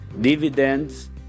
dividends